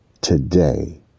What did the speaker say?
today